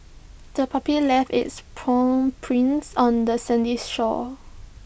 the puppy left its paw prints on the sandy shore